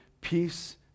peace